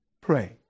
pray